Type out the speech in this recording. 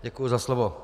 Děkuji za slovo.